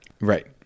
Right